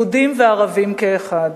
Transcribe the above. יהודים וערבים כאחד.